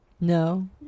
no